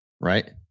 right